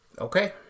Okay